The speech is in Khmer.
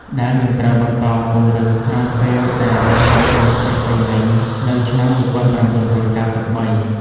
ដែលនឹងត្រូវបន្តពង្រឹងក្រោយពេលដែលមានសន្តិភាពពេញលេញនៅឆ្នាំ ១៩៩៣។